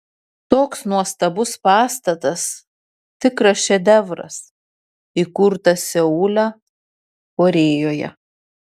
toks nuostabus pastatas tikras šedevras įkurtas seule korėjoje